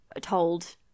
told